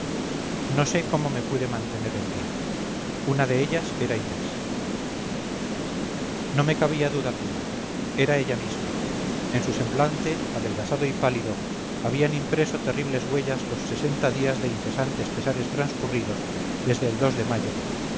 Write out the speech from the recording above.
no sé cómo me pude mantener en pie una de ellas era inés no me cabía duda alguna era ella misma en su semblante adelgazado y pálido habían impreso terribles huellas los sesenta días de incesantes pesares transcurridos desde el de mayo